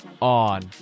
on